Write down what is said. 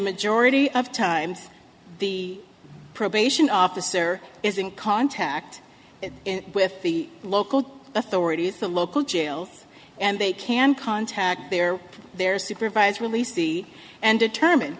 majority of times the probation officer is in contact with the local authorities the local jail and they can contact their their supervised release see and determine